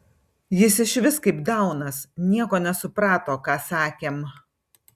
jis išvis kaip daunas nieko nesuprato ką sakėm